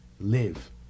live